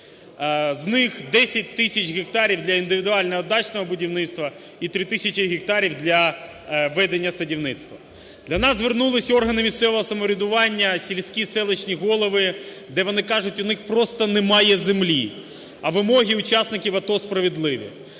З них 10 тисяч гектарів – для індивідуального дачного будівництва і 3 тисячі гектарів – для ведення садівництва. До нас звернулися органи місцевого самоврядування сільські, селищні голови, де вони кажуть, у них просто немає землі, а вимоги учасників АТО справедливі.